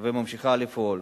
וממשיכה לפעול.